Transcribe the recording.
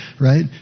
right